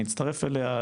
אני אצטרף אליה.